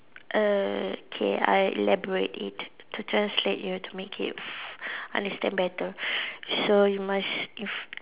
err okay I elaborate it to translate you to make it understand better so you must if